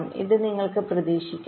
ഇത് നിങ്ങൾക്ക് പ്രതീക്ഷിക്കാം